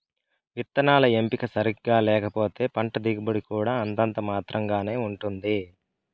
విత్తనాల ఎంపిక సరిగ్గా లేకపోతే పంట దిగుబడి కూడా అంతంత మాత్రం గానే ఉంటుంది